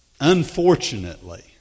Unfortunately